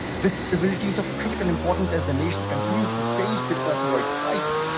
this capabilities of critical importance as the nation continues to face the opioid crisis